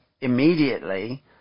immediately